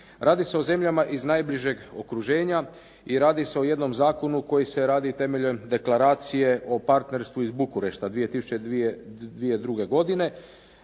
Radi se o zemljama iz najbližeg okruženja i radi se o jednom zakonu koji se radi temeljem deklaracije o partnerstvu iz Bukurešta 2002. godine